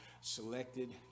selected